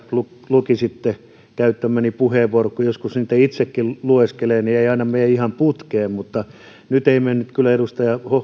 lukisitte käyttämäni puheenvuorot kun joskus niitä itsekin lueskelee niin ei aina mene ihan putkeen mutta nyt ei mennyt kyllä edustaja